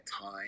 time